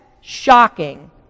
shocking